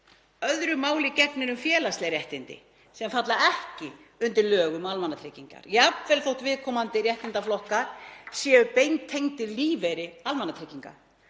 Öðru máli gegnir um félagsleg réttindi sem falla ekki undir lög um almannatryggingar, jafnvel þótt viðkomandi réttindaflokkar séu beintengdir lífeyri almannatrygginga.